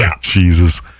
jesus